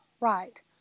Right